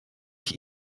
ich